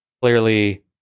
Clearly